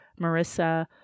Marissa